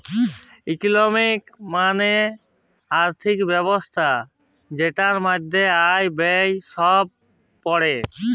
ইকলমি মালে আর্থিক ব্যবস্থা জেটার মধ্যে আয়, ব্যয়ে সব প্যড়ে